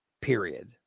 period